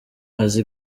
azi